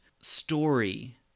story